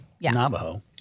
Navajo